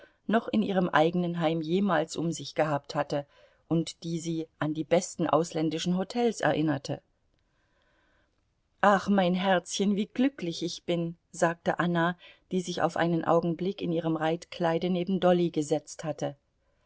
noch in ihrem eigenen heim jemals um sich gehabt hatte und die sie an die besten ausländischen hotels erinnerte ach mein herzchen wie glücklich ich bin sagte anna die sich auf einen augenblick in ihrem reitkleide neben dolly gesetzt hatte